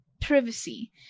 privacy